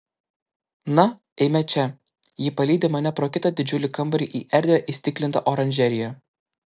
na eime čia ji palydi mane pro kitą didžiulį kambarį į erdvią įstiklintą oranžeriją